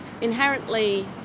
inherently